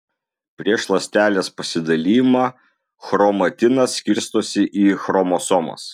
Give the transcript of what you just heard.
prieš ląstelės pasidalijimą chromatinas skirstosi į chromosomas